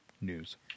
news